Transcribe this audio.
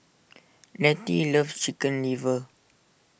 Letty loves Chicken Liver